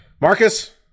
Marcus